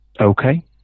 Okay